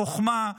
חוכמה,